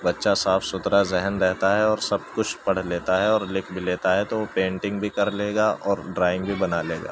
بچہ صاف ستھرا ذہن رہتا ہے اور سب کچھ پڑھ لیتا ہے اور لکھ بھی لیتا ہے تو وہ پینٹنگ بھی کر لے گا اور ڈرائنگ بھی بنا لے گا